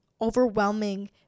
overwhelming